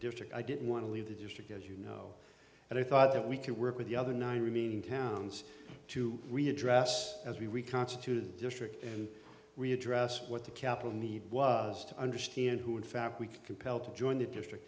district i didn't want to leave the district as you know and i thought that we could work with the other nine remaining towns to readdress as we reconstituted district and we address what the capital need was to understand who in fact we could compel to join the district